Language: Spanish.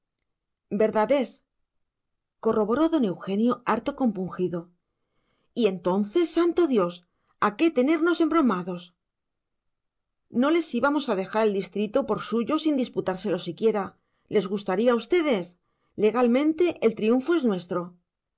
muertos verdad es corroboró don eugenio harto compungido y entonces santo de dios a qué tenernos embromados no les íbamos a dejar el distrito por suyo sin disputárselo siquiera les gustaría a ustedes legalmente el triunfo es nuestro